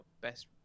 best